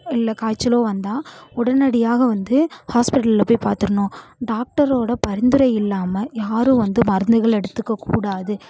இல்லை காய்ச்சலோ வந்தால் உடனடியாக வந்து ஹாஸ்பிடலில் போய் பார்த்துருணும் டாக்டரோட பரிந்துரை இல்லாமல் யாரும் வந்து மருந்துகளை எடுத்துக்கக் கூடாது